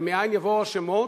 ומאין יבואו השמות?